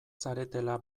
zaretela